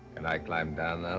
and i climbed down